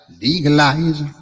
Legalize